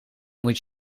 moet